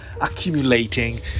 accumulating